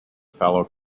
fellow